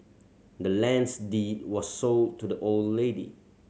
the land's deed was sold to the old lady